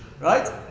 Right